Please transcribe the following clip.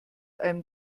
einem